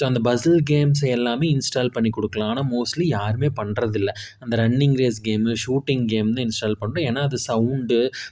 so அந்த puzzle games எல்லாமே install பண்ணிக்கொடுக்கலாம் ஆனால் மோஸ்ட்லி யாருமே பண்ணுறதில்ல அந்த running race game shooting game தான் இன்ஸ்டால் பண்ணுறோம் ஏன்னால் அது சௌண்ட்டு